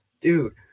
dude